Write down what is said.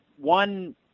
one